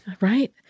Right